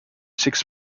six